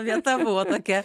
vieta buvo tokia